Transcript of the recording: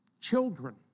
children